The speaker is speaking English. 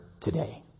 today